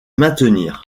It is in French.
maintenir